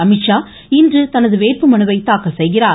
அமீத்ஷா இன்று தனது வேட்புமனுவை தாக்கல் செய்கிறார்